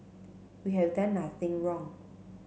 we have done nothing wrong